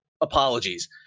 Apologies